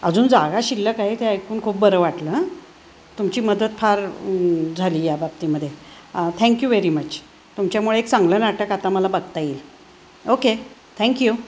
अजून जागा शिल्लक आहेत हे ऐकून खूप बरं वाटलं हं तुमची मदत फार झाली याबाबतीमध्ये थँक्यू व्हेरी मच तुमच्यामुळे एक चांगलं नाटक आता मला बघता येईल ओके थँक्यू